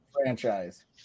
franchise